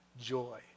Joy